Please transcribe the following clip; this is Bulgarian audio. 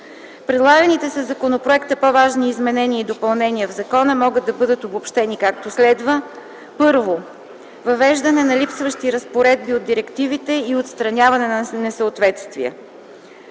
Предлаганите със законопроекта по-важни изменения и допълнения в закона могат да бъдат обобщени, както следва: Първо, въвеждане на липсващи разпоредби от директивите и отстраняване на несъответствия.